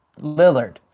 Lillard